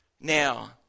Now